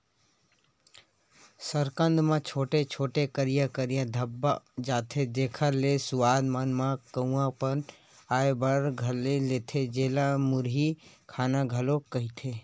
कसरकंद म छोटे छोटे, करिया करिया धब्बा आ जथे, जेखर ले सुवाद मन म कडुआ पन आय बर धर लेथे, जेला मुरही खाना घलोक कहिथे